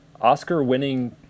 Oscar-winning